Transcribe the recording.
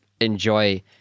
enjoy